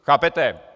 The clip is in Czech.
Chápete?